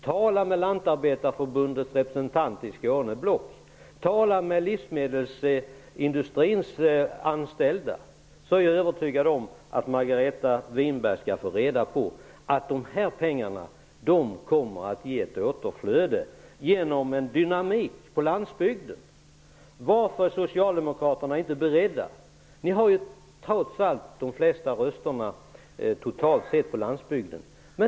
Tala med Lantarbetareförbundets representant i Skåne och med livsmedelsindustrins anställda! Jag är övertygad om att Margareta Winberg därigenom skulle få reda på att de här pengarna kommer att ge ett återflöde genom en dynamik på landsbygden. Varför är socialdemokraterna inte beredda? Ni har trots allt de flesta rösterna totalt sett på landsbygden.